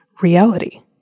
Reality